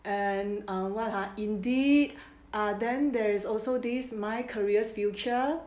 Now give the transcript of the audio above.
and what ah indeed then there is also this my careers future